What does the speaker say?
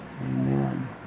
Amen